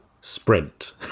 sprint